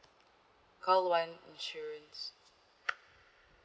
call one insurance